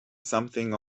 something